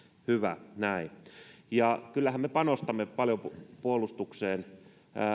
hyvä näin kyllähän me panostamme paljon puolustukseen